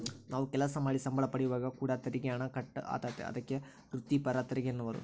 ನಾವು ಕೆಲಸ ಮಾಡಿ ಸಂಬಳ ಪಡೆಯುವಾಗ ಕೂಡ ತೆರಿಗೆ ಹಣ ಕಟ್ ಆತತೆ, ಅದಕ್ಕೆ ವ್ರಿತ್ತಿಪರ ತೆರಿಗೆಯೆನ್ನುವರು